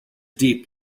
deep